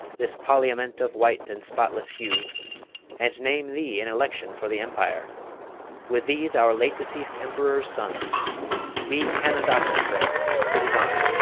this par iament of white and spotless hue and name thee in election for the empire with these our late-deceased emperor's sons be candidatus then, and put it on,